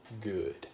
good